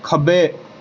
ਖੱਬੇ